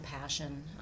passion